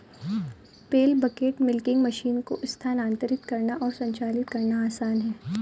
पेल bucket milking machine को स्थानांतरित करना और संचालित करना आसान है